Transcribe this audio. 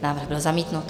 Návrh byl zamítnut.